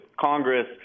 Congress